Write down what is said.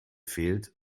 fehlt